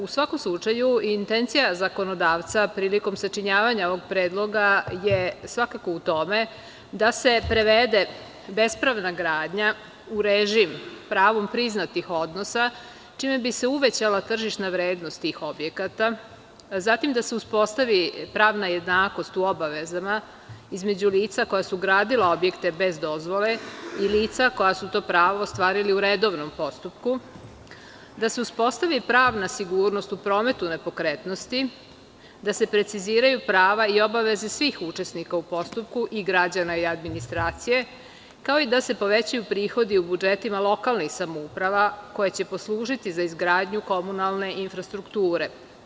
U svakom slučaju, intencija zakonodavca prilikom sačinjavanja ovog predloga je svakako u tome da se prevede bespravna gradnja u režim pravom priznatih odnosa, čime bi se uvećala tržišna vrednost tih objekata, zatim, da se uspostavi pravna jednakost u obavezama između lica koja su gradila objekte bez dozvole i lica koja su to pravo ostvarili u redovnom postupku, da se uspostavi pravna sigurnost u prometu nepokretnosti, da se preciziraju prava i obaveze svih učesnika u postupku i građana i administracije, kao i da se povećaju prihodi u budžetima lokalnih samouprava koje će poslužiti za izgradnju komunalne infrastrukture.